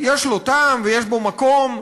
יש לו טעם ויש בו מקום,